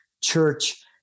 church